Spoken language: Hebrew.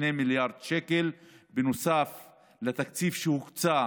2 מיליארד שקל נוסף לתקציב שהוקצה